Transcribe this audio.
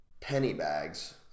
Pennybags